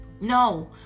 No